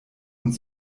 und